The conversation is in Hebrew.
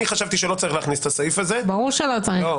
אני חשבתי שלא צריך להכניס את הסעיף הזה --- ברור שלא צריך,